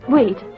Wait